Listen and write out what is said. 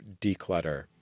declutter